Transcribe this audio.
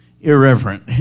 irreverent